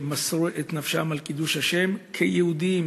שמסרו את נפשם על קידוש השם כיהודים,